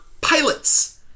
pilots